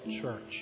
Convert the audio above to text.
church